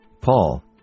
Paul